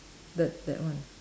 that that one